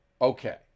Okay